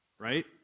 right